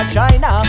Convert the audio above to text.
China